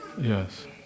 Yes